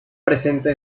presenta